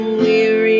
weary